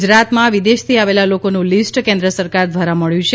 ગુજરાતમાં વિદેશથી આવેલા લોકોનું લીસ્ટ કેન્દ્ર સરકાર દ્વારા મળ્યું છે